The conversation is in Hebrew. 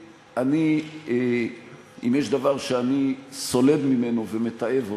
אני, אם יש דבר שאני סולד ממנו ומתעב אותו,